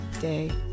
day